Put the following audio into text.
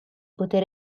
poter